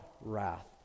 wrath